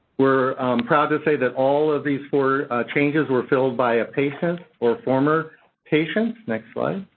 we're proud to say that all of these four changes were filled by a patient or a former patient. next slide.